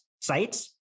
sites